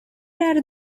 are